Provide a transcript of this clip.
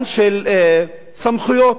סמכויות.